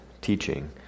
teaching